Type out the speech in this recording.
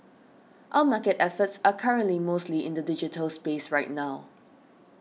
our market efforts are currently mostly in the digital space right now